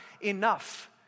enough